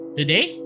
today